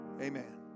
Amen